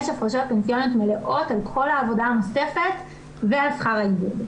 יש הפרשות פנסיוניות מלאות על כל העבודה הנוספת ועל השכר עידוד.